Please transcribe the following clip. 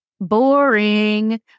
boring